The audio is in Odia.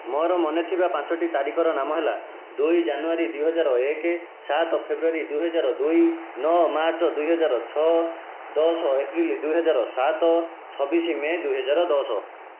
ମୋର ମନେଥିବା ପାଞ୍ଚୋଟି ତାରିଖର ନାମ ହେଲା ଦୁଇ ଜାନୁୟାରୀ ଦୁଇହଜାର ଏକ ସାତ ଫେବୃୟାରୀ ଦୁଇ ହଜାର ଦୁଇ ନଅ ମାର୍ଚ୍ଚ ଦୁଇ ହଜାର ଛଅ ଦଶ ଅପ୍ରେଲ ଦୁଇ ହଜାର ସାତ ଛବିଶି ମେ ଦୁଇ ହଜାର ଦଶ